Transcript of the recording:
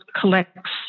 collects